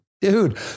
dude